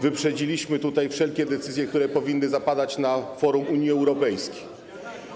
Wyprzedziliśmy wszelkie decyzje, które powinny zapadać na forum Unii Europejskiej.